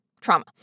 trauma